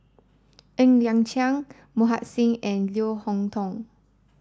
Ng Liang Chiang Mohan Singh and Leo Hee Tong